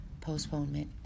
postponement